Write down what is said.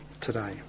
today